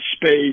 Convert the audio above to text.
space